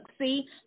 see